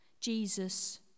Jesus